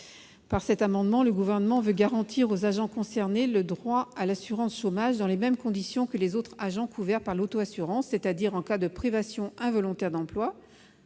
Par l'amendement n° 416, le Gouvernement veut garantir aux agents concernés le droit à l'assurance chômage dans les mêmes conditions que les autres agents couverts par l'auto-assurance, c'est-à-dire en cas de privation involontaire d'emploi,